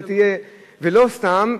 ולא סתם,